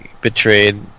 betrayed